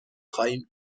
خواهیم